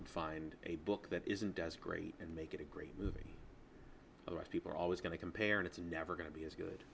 find a book that isn't as great and make it a great movie the right people are always going to compare and it's never going to be as good